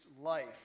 life